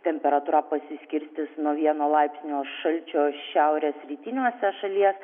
temperatūra pasiskirstys nuo vieno laipsnio šalčio šiaurės rytiniuose šalies